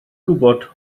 gwybod